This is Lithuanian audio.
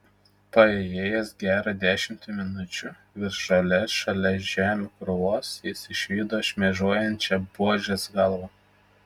paėjėjęs gerą dešimtį minučių virš žolės šalia žemių krūvos jis išvydo šmėžuojančią buožės galvą